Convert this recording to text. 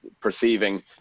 perceiving